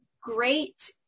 great